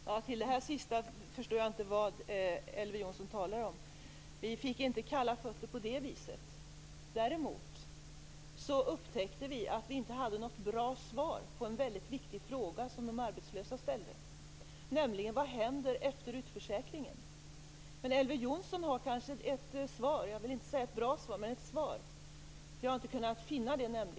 Fru talman! Jag förstod inte det sista som Elver Jonsson talade om. Vi fick inte kalla fötter på det viset. Däremot upptäckte vi att vi inte hade något bra svar på en väldigt viktig fråga som de arbetslösa ställde, nämligen vad som händer efter utförsäkringen. Elver Jonsson har kanske ett svar - kanske inte ett bra svar men ändå ett svar. Jag har inte kunnat finna något sådant.